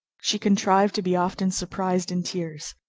she contrived to be often surprised in tears.